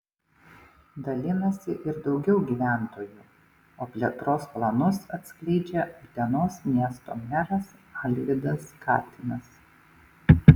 dalinasi ir daugiau gyventojų o plėtros planus atskleidžia utenos miesto meras alvydas katinas